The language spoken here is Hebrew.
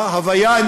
זה לא הווי, הוויה.